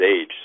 age